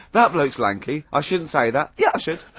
that bloke's lanky. i shouldn't say that. yeah i should.